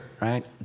right